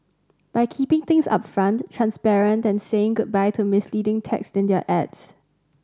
by keeping things upfront transparent and saying goodbye to misleading text in their ads